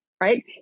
right